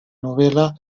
novela